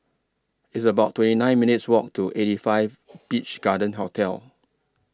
It's about twenty nine minutes' Walk to eighty five Beach Garden Hotel